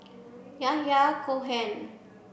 Yahya Cohen